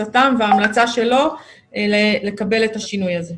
והמלצה שלו לקבל את השינוי הזה.